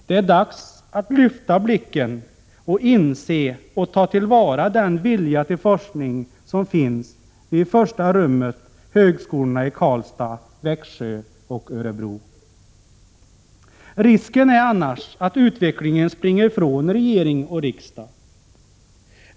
Det är dags att lyfta blicken, att inse och ta till vara den vilja till forskning som finns vid i första rummet högskolorna i Karlstad, Växjö och Örebro. Risken är annars att utvecklingen springer från regering och riksdag.